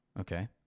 Okay